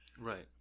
Right